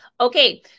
Okay